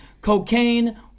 cocaine